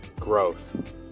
growth